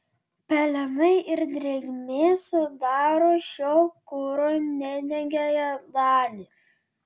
pelenai ir drėgmė sudaro šio kuro nedegiąją dalį